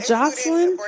Jocelyn